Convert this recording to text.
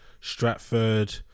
Stratford